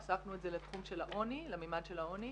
הוספנו את זה למימד של העוני.